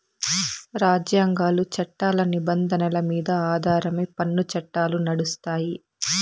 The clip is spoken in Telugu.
రాజ్యాంగాలు, చట్టాల నిబంధనల మీద ఆధారమై పన్ను చట్టాలు నడుస్తాయి